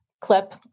clip